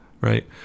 right